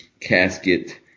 casket